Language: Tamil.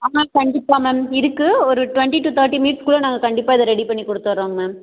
ஆ மேம் கண்டிப்பாக மேம் இருக்கு ஒரு டுவெண்ட்டி டூ தேர்ட்டி மினிட்ஸ்குள்ளே நாங்கள் கண்டிப்பாக இதை ரெடி பண்ணி கொடுத்துட்றோம் மேம்